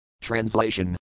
Translation